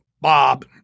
Bob